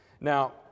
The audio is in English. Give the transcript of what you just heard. now